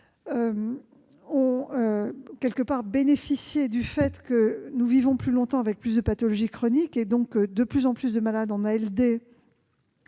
en quelque sorte « bénéficié » du fait que nous vivons plus longtemps, avec davantage de pathologies chroniques : de plus en plus de malades en ALD